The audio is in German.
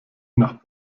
nach